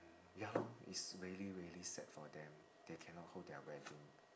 ya lor it's really really sad for them they cannot hold their wedding